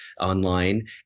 online